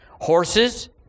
Horses